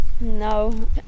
No